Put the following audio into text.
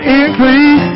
increase